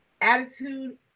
attitude